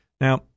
Now